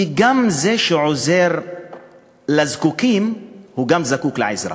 כי גם זה שעוזר לזקוקים זקוק לעזרה.